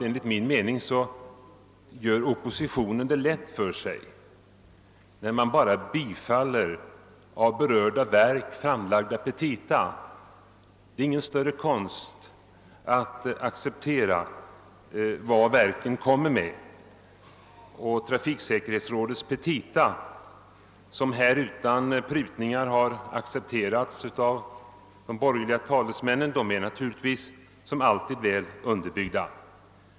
Enligt min mening gör oppositionen det lätt för sig, när man bara accepterar av berörda verk presenterade petita. Det är ingen större konst att biträda verkens önskemål, och trafiksäkerhetsrådets petita, som de borgerliga talesmännen här accepterat utan några prutningar, är naturligtvis som alltid väl underbyggda.